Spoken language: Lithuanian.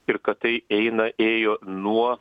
ir kad tai eina ėjo nuo